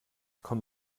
komm